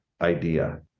idea